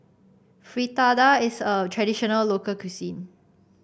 fritada is a traditional local cuisine